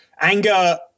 anger